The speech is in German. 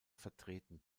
vertreten